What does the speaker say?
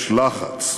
יש לחץ: